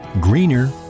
greener